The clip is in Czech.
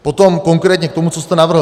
Potom konkrétně k tomu, co jste navrhl.